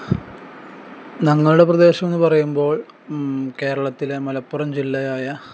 ഞങ്ങളുടെ പ്രദേശം എന്ന് പറയുമ്പോൾ കേരളത്തിലെ മലപ്പുറം ജില്ലയായ